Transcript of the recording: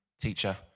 teacher